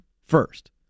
First